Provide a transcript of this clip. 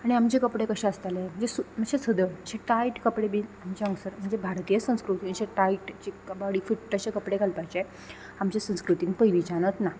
आनी आमचे कपडे कशे आसताले म्हणजे सु मातशे सदळ अशे टायट कपडे बीन आमच्या हांगसर म्हणजे भारतीय संस्कृतीचे टायट जे कबाडी फिट्ट अशे कपडे घालपाचे आमच्या संस्कृतीन पयलींच्यानत ना